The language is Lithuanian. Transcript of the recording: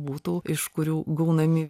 būtų iš kurių gaunami